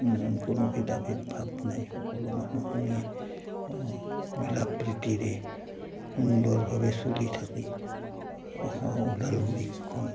কোনো ভেদাভেদ ভাৱ নাই সকলো মানুহখিনি মিলা প্ৰীতিৰে সুন্দৰভাৱে চলি থাকে ওদালগুৰিখন